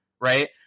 right